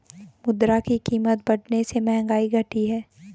मुद्रा की कीमत बढ़ने से महंगाई घटी है